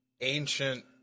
ancient